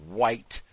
white